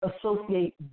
associate